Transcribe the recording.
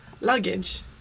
Luggage